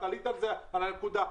את עלית על הנקודה.